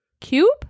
Cube